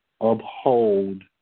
uphold